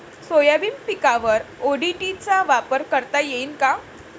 Soybean पिकावर ODT चा वापर करता येईन का?